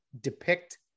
depict